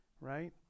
right